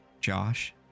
Josh